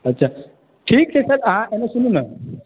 ठीक सर अहाँ एनय सुनू ने